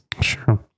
Sure